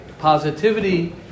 Positivity